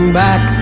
back